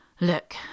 Look